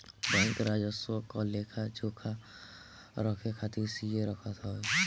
bank राजस्व क लेखा जोखा रखे खातिर सीए रखत हवे